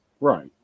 Right